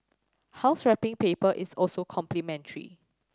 house wrapping paper is also complimentary